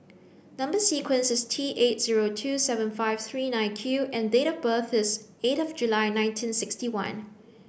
number sequence is T eight zero two seven five three nine Q and date of birth is eight of July nineteen sixty one